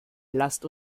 lasst